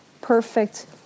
perfect